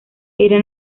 era